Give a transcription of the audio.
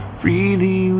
freely